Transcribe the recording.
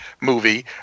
movie